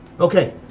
Okay